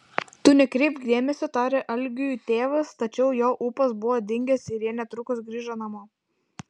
tu nekreipk dėmesio tarė algiui tėvas tačiau jo ūpas buvo dingęs ir jie netrukus grįžo namo